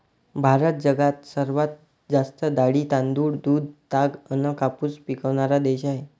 भारत जगात सर्वात जास्त डाळी, तांदूळ, दूध, ताग अन कापूस पिकवनारा देश हाय